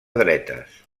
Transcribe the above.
dretes